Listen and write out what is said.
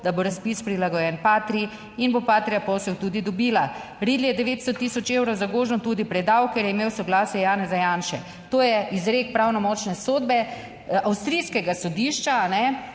da bo razpis prilagojen Patrii in bo Patria posel tudi dobila. Riedl je 900 tisoč evrov Zagožnu tudi predal, ker je imel soglasje Janeza Janše. To je izrek pravnomočne sodbe avstrijskega sodišča,